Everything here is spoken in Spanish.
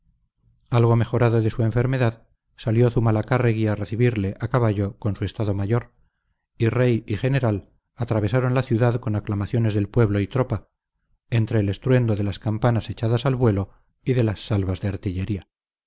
algo mejorado de su enfermedad salió zumalacárregui a recibirle a caballo con su estado mayor y rey y general atravesaron la ciudad con aclamaciones del pueblo y tropa entre el estruendo de las campanas echadas a vuelo y de las salvas de artillería